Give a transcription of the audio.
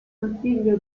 consiglio